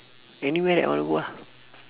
anywhere that I wanna go lah